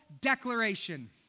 declaration